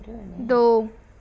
ਦੋ